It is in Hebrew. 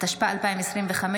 התשפ"ה 2025,